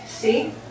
See